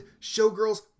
Showgirls